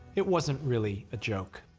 it wasn't really a joke.